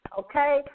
okay